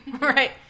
Right